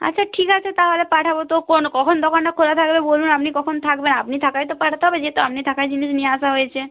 আচ্ছা ঠিক আছে তাহলে পাঠাব তো কোন কখন দোকানটা খোলা থাকবে বলুন আপনি কখন থাকবেন আপনি থাকায় তো পাঠাতে হবে যেহেতু আপনি থাকায় জিনিস নিয়ে আসা হয়েছে